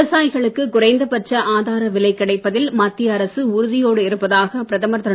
விவசாயிகளுக்கு குறைந்தபட்ச ஆதார விலை கிடைப்பதில் மத்திய அரசு உறுதியோடு இருப்பதாக பிரதமர் திரு